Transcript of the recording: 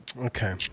Okay